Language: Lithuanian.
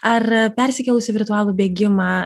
ar persikėlus į virtualų bėgimą